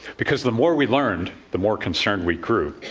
because the more we learned, the more concerned we grew.